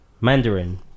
mandarin